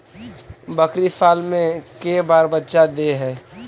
बकरी साल मे के बार बच्चा दे है?